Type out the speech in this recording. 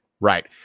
Right